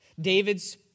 David's